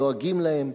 לועגים להם: